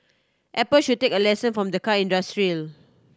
apple should take a lesson from the car industry